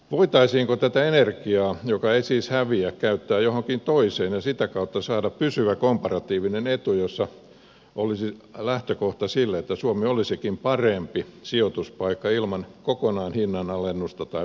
voitaisiinko tätä energiaa joka ei siis häviä käyttää johonkin toiseen ja sitä kautta saada pysyvä komparatiivinen etu jossa olisi lähtökohta sille että suomi olisikin parempi sijoituspaikka kokonaan ilman hinnanalennusta tai veronkevennystä